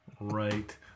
right